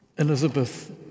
Elizabeth